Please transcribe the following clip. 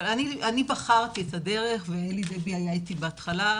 אבל אני בחרתי את הדרך ואלי דבי היה איתי בהתחלה,